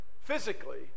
physically